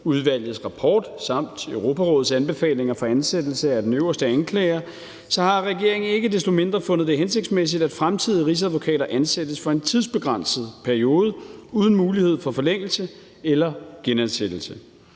Dybvadudvalgets rapport samt Europarådets anbefalinger for ansættelse af den øverste anklager, så har regeringen ikke desto mindre fundet det hensigtsmæssigt, at fremtidige rigsadvokater ansættes for en tidsbegrænset periode uden mulighed for forlængelse eller genansættelse.